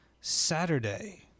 Saturday